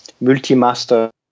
multi-master